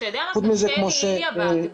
אתה יודע מה קשה לי בהגדרה